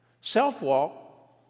Self-walk